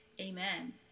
Amen